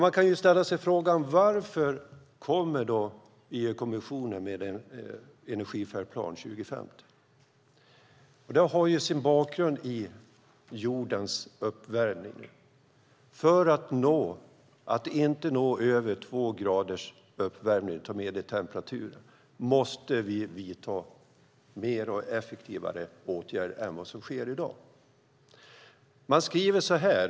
Man kan ställa sig frågan varför EU-kommissionen kommer med Energifärdplan 2050. Det har sin bakgrund i jordens uppvärmning. För att inte nå över 2 graders höjning av medeltemperaturen måste vi vidta fler och effektivare åtgärder än vad som sker i dag.